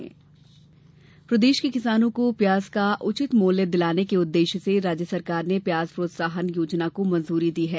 प्याज प्रोत्साहन योजना प्रदेश के किसानों को प्याज का उचित मूल्य दिलाने के उद्देश्य से राज्य सरकार ने प्याज प्रोत्साहन योजना को मंजूरी दे दी है